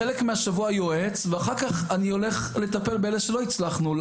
חלק מהשבוע אני יועץ ואחר כך אני הולך לטפל באלה שלא הצלחנו.